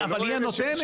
אבל היא הנותנת,